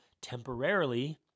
temporarily